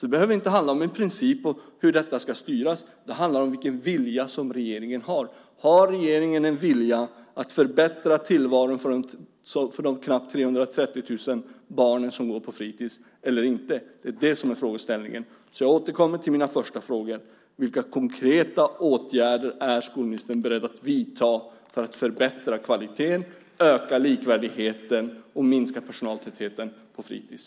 Det behöver inte handla om en princip för hur detta ska styras. Det handlar om vilken vilja regeringen har. Har regeringen en vilja att förbättra tillvaron för de knappt 330 000 barn som går på fritids eller inte? Det är frågan. Jag återkommer till mina första frågor. Vilka konkreta åtgärder är skolministern beredd att vidta för att förbättra kvaliteten, öka likvärdigheten och minska barngrupperna på fritids?